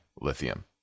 lithium